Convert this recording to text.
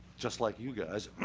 just like you guys.